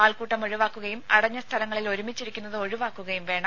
ആൾക്കൂട്ടം ഒഴിവാക്കുകയും അടഞ്ഞ സ്ഥലങ്ങളിൽ ഒരുമിച്ചിരിക്കുന്നത് ഒഴിവാക്കുകയും വേണം